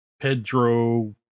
Pedro